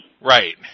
Right